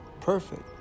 perfect